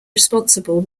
responsible